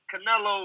Canelo